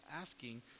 asking